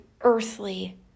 earthly